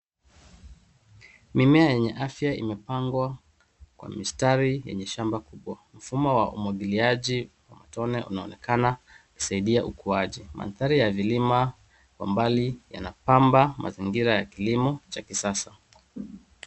Mimea yenye afya imepangwa kwa mistari kwenye shamba kubwa. Mfumo wa umwangiliaji wa matone unaonekana kusaidia ukuaji. Mandhari ya vilima kwa mbali yanapamba mazingira ya kilimo ya kisasa.